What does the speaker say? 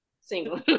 Single